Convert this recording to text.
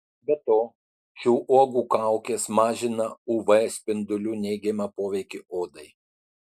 be to šių uogų kaukės mažina uv spindulių neigiamą poveikį odai